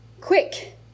Quick